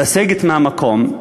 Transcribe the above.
לסגת מהמקום,